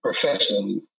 professionally